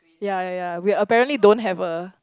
ya ya we apparently don't have a